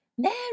Mary